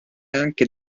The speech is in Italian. anche